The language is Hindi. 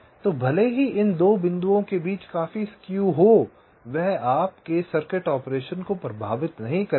तो भले ही इन 2 बिंदुओं के बीच काफी स्क्यू हो वह आपके सर्किट ऑपरेशन को प्रभावित नहीं करेगा